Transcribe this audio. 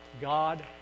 God